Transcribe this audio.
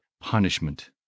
punishment